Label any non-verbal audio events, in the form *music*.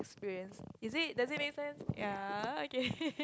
experience isn't it does it make sense ya okay *laughs*